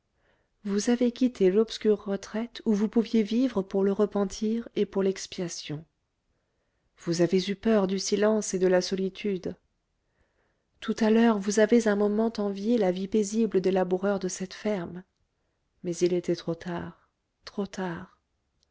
vous avez quitté l'obscure retraite où vous pouviez vivre pour le repentir et pour l'expiation vous avez eu peur du silence et de la solitude tout à l'heure vous avez un moment envié la vie paisible des laboureurs de cette ferme mais il était trop tard trop tard